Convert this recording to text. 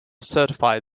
certify